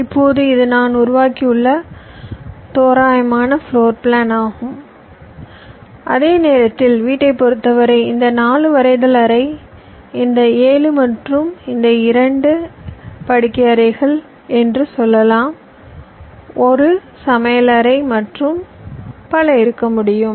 இப்போது இது நான் உருவாக்கியுள்ள தோராயமான ஃப்ளோர் பிளான் ஆகும் அதே நேரத்தில் வீட்டைப் பொறுத்தவரை இந்த 4 வரவேற்பரை இந்த 7 மற்றும் இந்த 2 படுக்கையறைகள் என்று சொல்லலாம் 1 சமையலறை மற்றும் பல இருக்க முடியும்